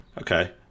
Okay